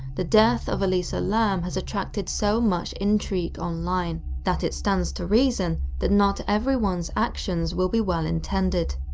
the death of elisa lam has attracted so much intrigue online that it stands to reason that not everyone's actions will be well-intended.